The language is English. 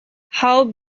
how